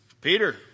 Peter